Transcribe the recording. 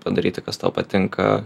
padaryti kas tau patinka